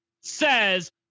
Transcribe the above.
says